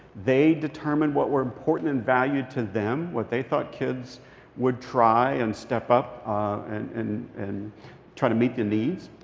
they determined what were important and valued to them what they thought kids would try and step up and and and try to meet the needs.